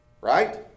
right